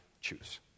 choose